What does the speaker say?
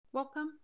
Welcome